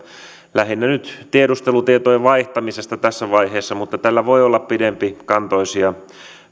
lähinnä nyt tiedustelutietojen vaihtamisesta tässä vaiheessa mutta tällä voi olla pidempikantoisia